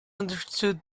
understood